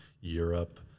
Europe